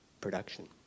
production